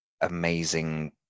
amazing